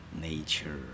nature